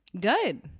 Good